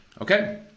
okay